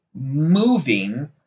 moving